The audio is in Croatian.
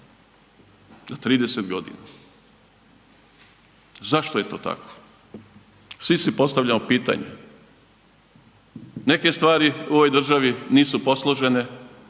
za 30 godina. Zašto je to tako? Svi si postavljamo pitanje. Neke stvari u ovoj državi nisu posložene